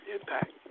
impact